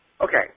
Okay